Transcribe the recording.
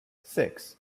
six